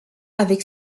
avec